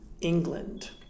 England